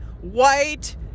white